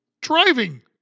driving